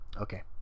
okay